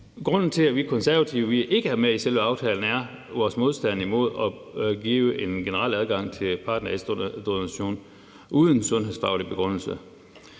grunden til, at vi Konservative ikke er med i selve aftalen, er vores modstand imod at give en generel adgang til partnerægdonation uden sundhedsfaglig begrundelse.